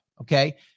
okay